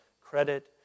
credit